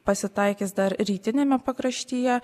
pasitaikys dar rytiniame pakraštyje